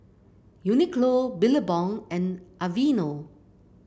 Uniqlo Billabong and Aveeno